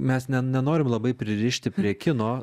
mes ne nenorim labai pririšti prie kino